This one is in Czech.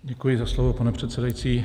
Děkuji za slovo, pane předsedající.